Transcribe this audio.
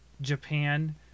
Japan